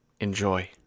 enjoy